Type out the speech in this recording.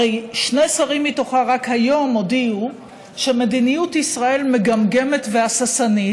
הרי רק היום שני שרים מתוכה הודיעו שמדיניות ישראל מגמגמת והססנית.